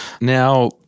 Now